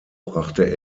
brachte